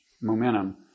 momentum